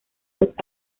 los